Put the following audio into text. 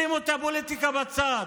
שימו את הפוליטיקה בצד.